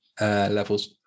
levels